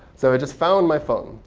so it just found my phone.